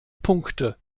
punkte